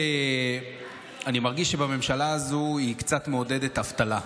אני מרגיש שהממשלה הזו קצת מעודדת אבטלה,